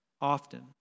often